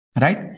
right